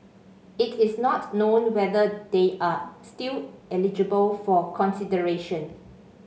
it is not known whether they are still eligible for consideration